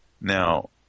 Now